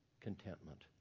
Contentment